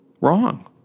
Wrong